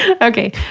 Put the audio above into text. Okay